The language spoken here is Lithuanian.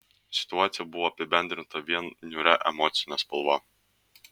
situacija buvo apibendrinta vien niūria emocine spalva